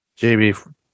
JB